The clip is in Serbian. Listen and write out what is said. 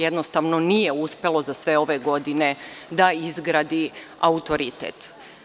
Jednostavno nije uspelo za sve ove godine da izgradi autoritet.